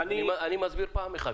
לטעמי,